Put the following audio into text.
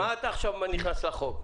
מה אתה עכשיו מניח הנחות?